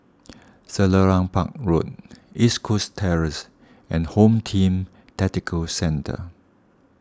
Selarang Park Road East Coast Terrace and Home Team Tactical Centre